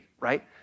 right